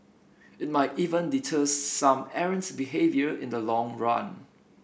it might even deter some errant behaviour in the long run